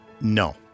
No